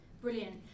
brilliant